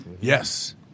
Yes